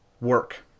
work